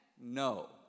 No